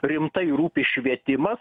rimtai rūpi švietimas